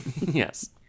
Yes